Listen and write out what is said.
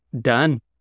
done